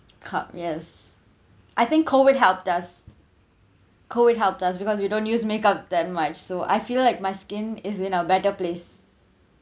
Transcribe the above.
cup yes I think COVID helped us COVID helped us because we don't use make up that much so I feel like my skin is in a better place